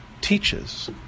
teaches